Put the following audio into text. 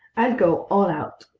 i'll go all out,